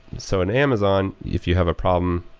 so in amazon, if you have a problem,